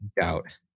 doubt